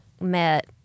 met